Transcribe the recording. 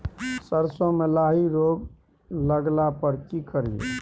सरसो मे लाही रोग लगला पर की करिये?